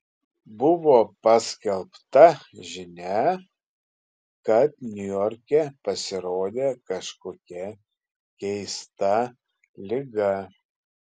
buvo paskelbta žinia kad niujorke pasirodė kažkokia keista liga